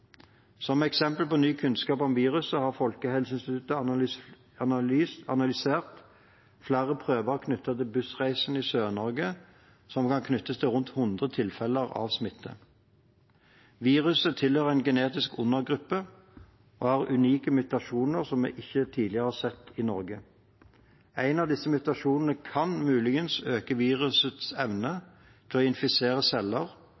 Som eksempel på ny kunnskap om viruset har Folkehelseinstituttet analysert flere prøver knyttet til bussreisen i Sør-Norge som kan knyttes til rundt hundre tilfeller av smitte. Viruset tilhører en genetisk undergruppe og har unike mutasjoner som vi ikke tidligere har sett i Norge. En av disse mutasjonene kan muligens øke